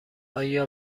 آیا